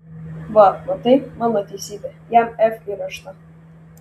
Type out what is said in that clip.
va matai mano teisybė jam f įrėžta